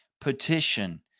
petition